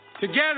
Together